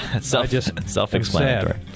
Self-explanatory